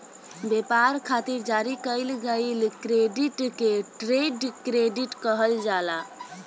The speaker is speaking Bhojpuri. ब्यपार खातिर जारी कईल गईल क्रेडिट के ट्रेड क्रेडिट कहल जाला